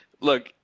Look